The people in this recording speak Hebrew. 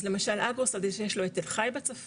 אז למשל אגרו סטאדיס זה שיש לו את תל חי בצפון